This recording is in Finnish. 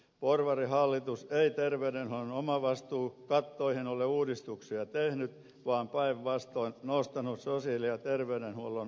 porvarihallitus ei terveydenhuollon omavastuukattoihin ole uudistuksia tehnyt vaan päinvastoin nostanut sosiaali ja terveydenhuollon asiakasmaksuja